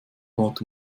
bat